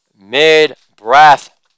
mid-breath